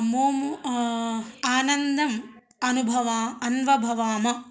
मोमु आनन्दम् अनुभवामः अन्वभवाम